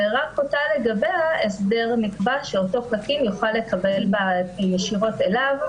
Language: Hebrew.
ורק לגביה ההסדר נקבע שאותו קטין יוכל לקבל בה ישירות אליו,